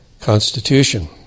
Constitution